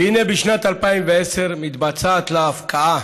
והינה, בשנת 2010 מתבצעת לה הפקעה